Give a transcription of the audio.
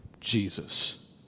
Jesus